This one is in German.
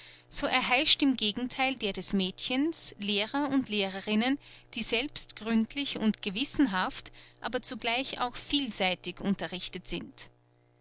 so erheischt im gegentheil der des mädchens lehrer und lehrerinnen die selbst gründlich und gewissenhaft aber zugleich auch vielseitig unterrichtet sind